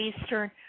eastern